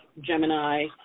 Gemini